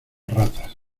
ratas